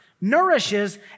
nourishes